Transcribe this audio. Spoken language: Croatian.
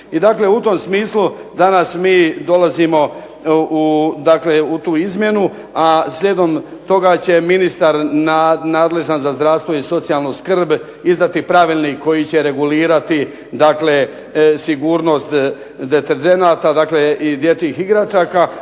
I dakle u tom smislu mi dolazimo u tu izmjenu, a slijedom toga će ministar nadležan za zdravstvo i socijalnu skrb, izdati pravilnik koji će regulirati sigurnost deterdženata i dječjih igračaka,